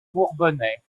bourbonnais